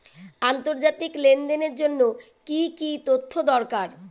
আন্তর্জাতিক লেনদেনের জন্য কি কি তথ্য দরকার?